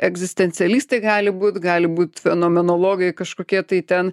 egzistencialistai gali būt gali būt fenomenologai kažkokie tai ten